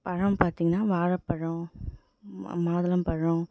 பழம் பார்த்தீங்கன்னா வாழைப்பழம் மாதுளம் பழம்